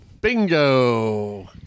Bingo